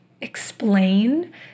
explain